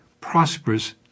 prosperous